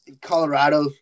Colorado